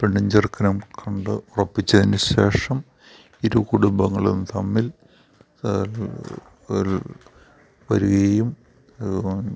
പെണ്ണും ചെറുക്കനും കണ്ട് ഉറപ്പിച്ചതിന് ശേഷം ഇരു കുടുംബങ്ങളും തമ്മിൽ വരുകയും